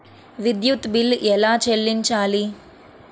విద్యుత్ బిల్ ఎలా చెల్లించాలి?